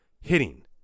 hitting